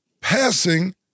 Passing